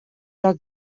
del